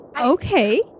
Okay